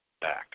back